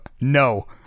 No